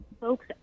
folks